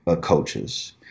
coaches